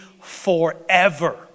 forever